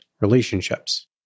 relationships